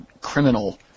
criminal